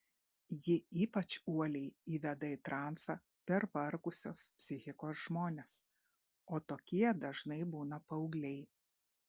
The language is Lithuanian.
ji ypač uoliai įveda į transą pervargusios psichikos žmones o tokie dažnai būna paaugliai